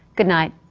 goodnight.